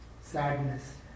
Sadness